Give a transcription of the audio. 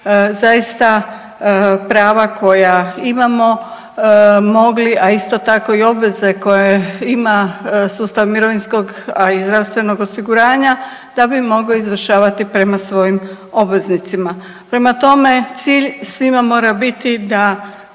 zaista prava koja imamo mogli, a isto tako i obveze koje ima sustav mirovinskog, a i zdravstvenog osiguranja da bi mogli izvršavati prema svojim obveznicima. Prema tome, cilj svima mora biti da